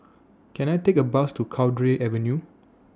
Can I Take A Bus to Cowdray Avenue